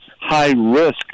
high-risk